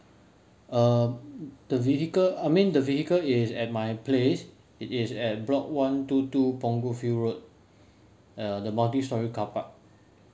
uh the vehicle I mean the vehicle is at my place it is at block one two two punggol view road uh the multistorey carpark